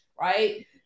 Right